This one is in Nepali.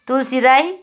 तुलसी राई